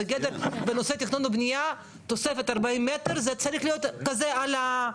בנושא תכנון ובנייה תוספת 40 מטר זה צריך להיות כזה על הרגיל.